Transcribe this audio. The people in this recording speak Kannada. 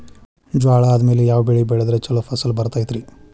ಜ್ವಾಳಾ ಆದ್ಮೇಲ ಯಾವ ಬೆಳೆ ಬೆಳೆದ್ರ ಛಲೋ ಫಸಲ್ ಬರತೈತ್ರಿ?